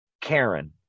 Karen